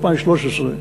2013,